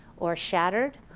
or shattered,